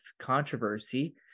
controversy